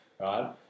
right